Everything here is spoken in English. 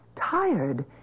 tired